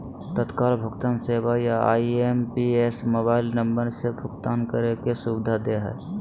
तत्काल भुगतान सेवा या आई.एम.पी.एस मोबाइल नम्बर से भुगतान करे के सुविधा दे हय